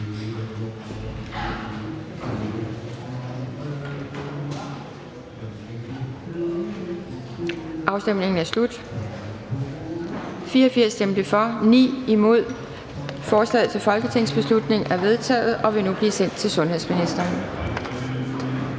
hverken for eller imod stemte 0. Forslaget til folketingsbeslutning er vedtaget og vil nu blive sendt til sundhedsministeren.